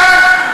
אתה,